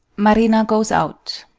marina goes out.